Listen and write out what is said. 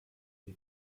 die